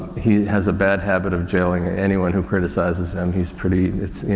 he has a bad habit of jailing anyone who criticizes him. he's pretty, it's, you